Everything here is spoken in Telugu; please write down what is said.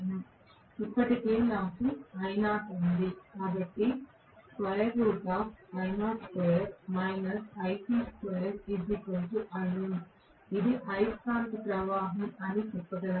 నాకు ఇప్పటికే I0 ఉంది కాబట్టి ఇది అయస్కాంత ప్రవాహం అని చెప్పగలను